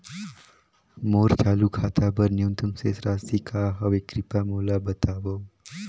मोर चालू खाता बर न्यूनतम शेष राशि का हवे, कृपया मोला बतावव